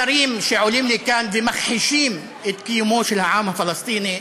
שרים שעולים לכאן ומכחישים את קיומו של העם הפלסטיני,